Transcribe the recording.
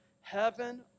Heaven